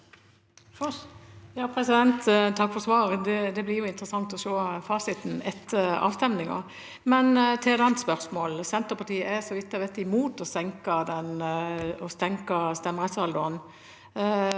Takk for svaret. Det blir interessant å se fasiten etter avstemningen. Så til et annet spørsmål: Senterpartiet er, så vidt jeg vet, imot å senke stemmerettsalderen.